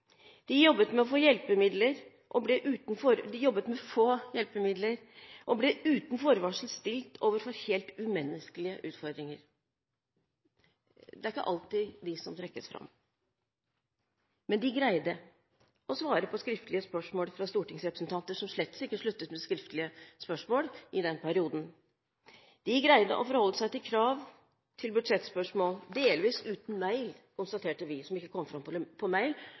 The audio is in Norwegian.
De jobbet med få hjelpemidler og ble uten forvarsel stilt overfor helt umenneskelige utfordringer. Det er ikke alltid de som trekkes fram, men de greide å svare på skriftlige spørsmål fra stortingsrepresentanter, som slett ikke sluttet med skriftlige spørsmål i den perioden, og de greide å forholde seg til krav og budsjettspørsmål – delvis uten mail, konstaterte vi, som ikke kom fram på mail, og måtte levere spørsmålene på